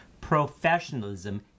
professionalism